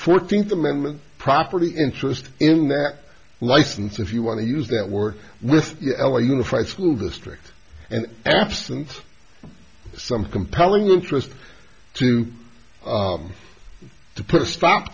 fourteenth amendment property interest in that license if you want to use that word with l a unified school district and absent some compelling interest to put a stop